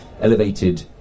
elevated